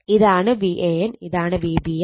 ഇതാണ് Van Vbn Vcn